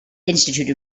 institute